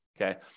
okay